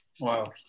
Wow